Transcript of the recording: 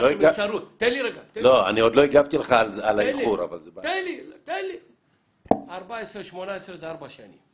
משנת 2014 עד 2018 זה ארבע שנים,